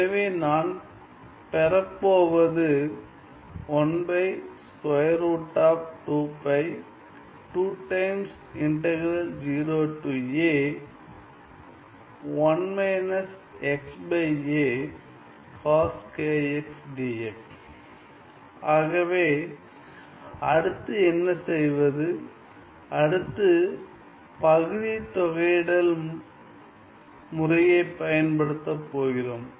எனவே நான் பெறப் போவது ஆகவே அடுத்து என்ன செய்வது அடுத்து பகுதித் தொகையிடல் முறையைப் பயன்படுத்த போகிறோம்